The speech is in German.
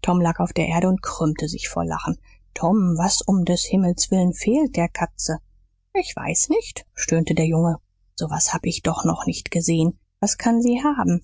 tom lag auf der erde und krümmte sich vor lachen tom was um des himmels willen fehlt der katze ich weiß nicht stöhnte der junge so was hab ich doch noch nicht gesehen was kann sie haben